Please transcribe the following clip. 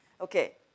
Okay